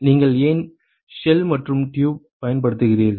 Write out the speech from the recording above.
நீங்கள் ஏன் ஷெல் மற்றும் டியூப் பயன்படுத்துகிறீர்கள்